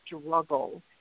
struggle